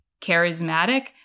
charismatic